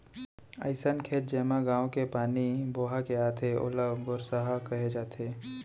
अइसन खेत जेमा गॉंव के पानी बोहा के आथे ओला गोरसहा कहे जाथे